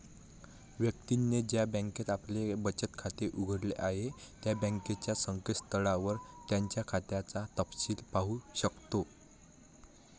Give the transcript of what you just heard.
व्यक्तीने ज्या बँकेत आपले बचत खाते उघडले आहे त्या बँकेच्या संकेतस्थळावर त्याच्या खात्याचा तपशिल पाहू शकतो